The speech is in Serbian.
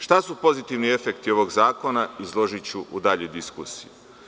Šta su pozitivni efekti ovog zakona izložiću u daljoj diskusiji.